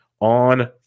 on